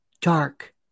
dark